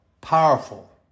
powerful